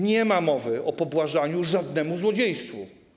Nie ma mowy o pobłażaniu żadnemu złodziejstwu.